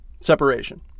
separation